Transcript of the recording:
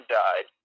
died